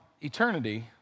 eternity